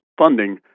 funding